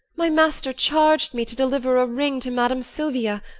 my master charg'd me to deliver a ring to madam silvia,